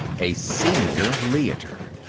a senior leiter.